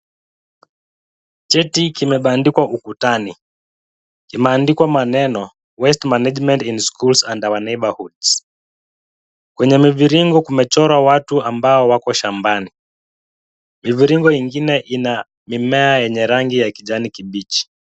Cheti kimebandikwa ukutani. Kimeandikwa maneno waste management in schools and our neighbourhoods . Kwenye mviringo kumechorwa watu ambao wako shambani. Miviringo ingine ina mimea yenye rangi ya kijani kibichi.